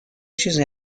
چیزی